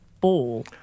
Ball